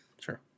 Sure